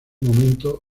momento